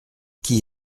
qui